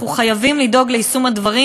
אנחנו חייבים לדאוג ליישום הדברים,